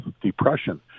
depression